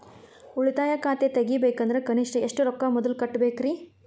ಉಳಿತಾಯ ಖಾತೆ ತೆಗಿಬೇಕಂದ್ರ ಕನಿಷ್ಟ ಎಷ್ಟು ರೊಕ್ಕ ಮೊದಲ ಕಟ್ಟಬೇಕ್ರಿ?